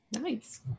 Nice